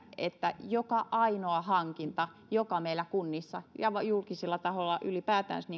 että joka ainoa hankinta joka meillä kunnissa ja julkisella taholla ylipäätään